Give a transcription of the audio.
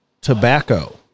tobacco